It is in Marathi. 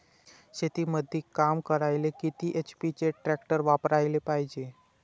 शेतीमंदी काम करायले किती एच.पी चे ट्रॅक्टर वापरायले पायजे?